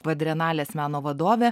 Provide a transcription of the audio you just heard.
kvadrenalės meno vadovė